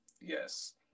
yes